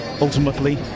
ultimately